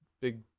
big